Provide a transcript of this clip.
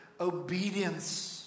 Obedience